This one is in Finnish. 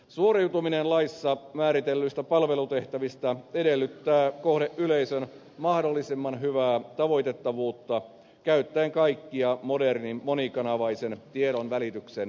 suoriutuminen laissa määritellyistä palvelutehtävistä edellyttää kohdeyleisön mahdollisimman hyvää tavoitettavuutta käyttäen kaikkia modernin monikanavaisen tiedonvälityksen keinoja